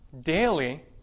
daily